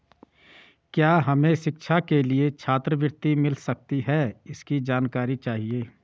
क्या हमें शिक्षा के लिए छात्रवृत्ति मिल सकती है इसकी जानकारी चाहिए?